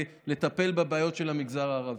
לטפל בבעיות של המגזר הערבי.